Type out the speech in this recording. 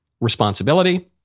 responsibility